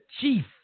chief